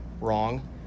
Wrong